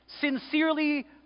sincerely